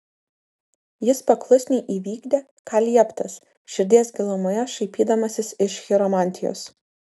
jis paklusniai įvykdė ką lieptas širdies gilumoje šaipydamasis iš chiromantijos